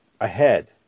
ahead